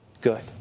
good